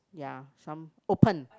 ya some open